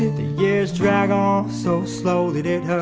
the years drag on so slow that it hurts